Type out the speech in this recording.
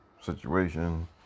situation